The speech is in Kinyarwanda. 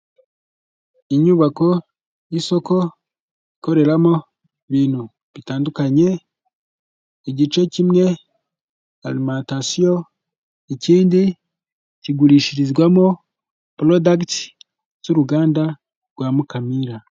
Inyubako y'isoko ikoreramo ibintu bitandukanye, igice kimwe arimantasiyo ikindi kigurishirizwamo porodagiti z'uruganda rwa Mukamira.